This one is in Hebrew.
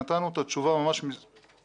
נתנו את התשובה ממש שבוע